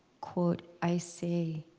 quote, i say,